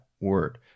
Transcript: word